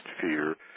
fear